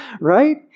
Right